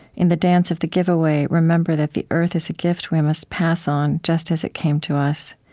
in the dance of the giveaway, remember that the earth is a gift we must pass on just as it came to us.